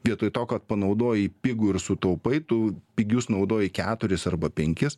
vietoj to kad panaudoji pigų ir sutaupai tu pigius naudoji keturis arba penkis